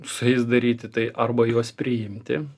su jais daryti tai arba juos priimti